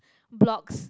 blocks